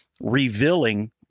revealing